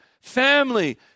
family